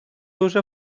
уже